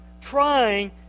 trying